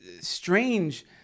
strange